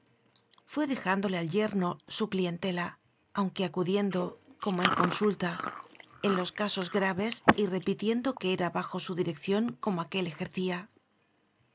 fué dejándole al yerno su clientela aunque acudiendo como en con sulta en los casos graves y repitiendo que era bajo su dirección como aquel ejercía